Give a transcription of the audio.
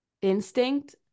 instinct